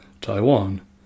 Taiwan